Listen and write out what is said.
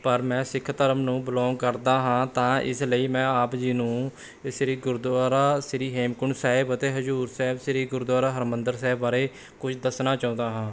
ਪਰ ਮੈਂ ਸਿੱਖ ਧਰਮ ਨੂੰ ਬਿਲੌਂਗ ਕਰਦਾ ਹਾਂ ਤਾਂ ਇਸ ਲਈ ਮੈਂ ਆਪ ਜੀ ਨੂੰ ਸ਼੍ਰੀ ਗੁਰਦੁਆਰਾ ਸ਼੍ਰੀ ਹੇਮਕੁੰਟ ਸਾਹਿਬ ਅਤੇ ਹਜ਼ੂਰ ਸਾਹਿਬ ਸ਼੍ਰੀ ਗੁਰਦੁਆਰਾ ਹਰਿਮੰਦਰ ਸਾਹਿਬ ਬਾਰੇ ਕੁਛ ਦੱਸਣਾ ਚਾਹੁੰਦਾ ਹਾਂ